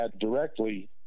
directly